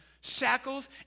shackles